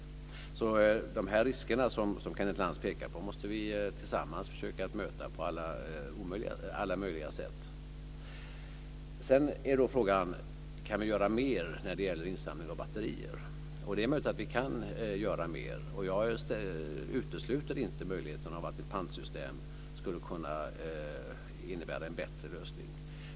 De risker som Kenneth Lantz pekar på måste vi tillsammans försöka möta på alla möjliga sätt. Sedan är då frågan: Kan vi göra mer när det gäller insamling av batterier? Det är möjligt att vi kan göra mer. Och jag utesluter inte möjligheten att ett pantsystem skulle kunna innebära en bättre lösning.